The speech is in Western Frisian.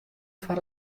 foar